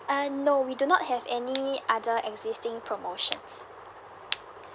uh no we do not have any other existing promotions